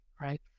right